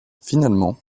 finalement